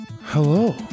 Hello